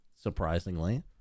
surprisingly